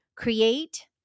Create